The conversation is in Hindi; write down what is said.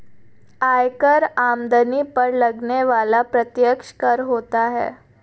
आयकर आमदनी पर लगने वाला प्रत्यक्ष कर होता है